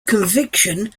conviction